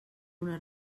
una